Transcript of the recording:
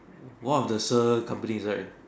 one of the s_i_r companies right